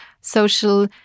social